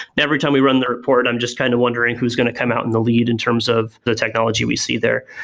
every time we run their report, i'm just kind of wondering who's going to come out in the lead in terms of the technology we see there.